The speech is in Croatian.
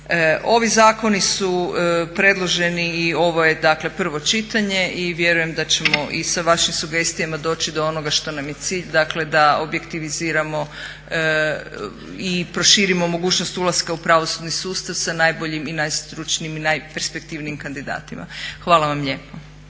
Ovi zakoni su predloženi i ovo je dakle prvo čitanje i vjerujem da ćemo i sa vašim sugestijama doći do onoga što nam je cilj, dakle da objektiviziramo i proširimo mogućnost ulaska u pravosudni sustav sa najboljim i najstručnijim i najperspektivnijim kandidatima. Hvala vam lijepo.